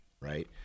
right